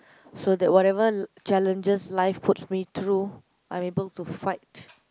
so that whatever challenges life puts me through I am able to fight